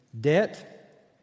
debt